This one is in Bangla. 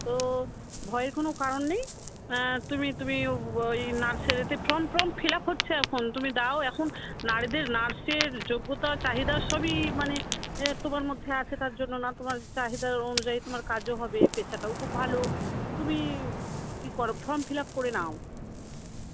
তো ভয়ের কোনো কারণ নেই তুমি তুমি ও ওই নার্সারিতে ফ্রম ফ্রম ফিল আপ হচ্ছে এখন তুমি দাও এখন নারীদের নার্সের যোগ্যতা চাহিদা সবই মানে তোমার মধ্যে আছে তার জন্য না তোমার চাহিদা অনুযায়ী তোমার কাজও হবে পেশাটাও খুব ভালো তুমি ই করো ফ্রম ফিল আপ করে নাও